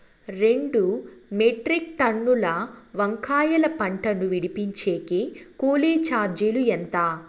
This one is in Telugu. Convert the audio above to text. రెండు మెట్రిక్ టన్నుల వంకాయల పంట ను విడిపించేకి కూలీ చార్జీలు ఎంత?